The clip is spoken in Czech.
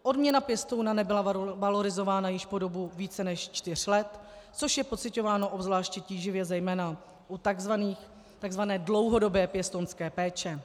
Odměna pěstouna nebyla valorizována po dobu více než čtyř let, což je pociťováno obzvláště tíživě zejména u tzv. dlouhodobé pěstounské péče.